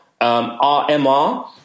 RMR